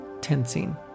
tensing